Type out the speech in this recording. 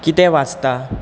कितें वाजता